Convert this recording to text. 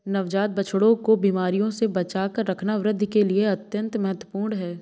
नवजात बछड़ों को बीमारियों से बचाकर रखना वृद्धि के लिए अत्यंत महत्वपूर्ण है